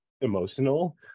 emotional